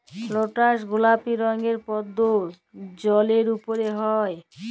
lotus গলাপি রঙের পদ্দ জালের উপরে হ্যয়